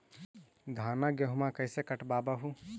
धाना, गेहुमा कैसे कटबा हू?